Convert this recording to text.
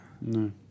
No